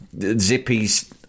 Zippy's